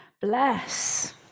Bless